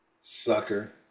Sucker